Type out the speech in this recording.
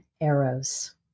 arrows